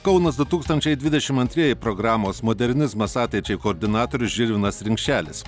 kaunas du tūkstančiai dvidešim antrieji programos modernizmas ateičiai koordinatorius žilvinas rimšelis